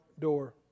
door